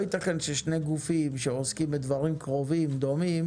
לא ייתכן ששני גופים שעוסקים בדברים קרובים ודומים